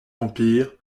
empire